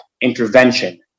intervention